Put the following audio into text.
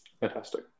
Fantastic